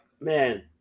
man